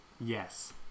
Yes